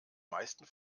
meisten